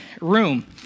room